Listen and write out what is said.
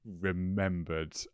remembered